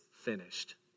finished